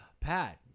Pat